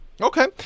Okay